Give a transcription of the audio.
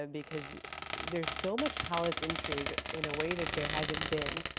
ah because there's so much palace intrigue, in a way that there hasn't been,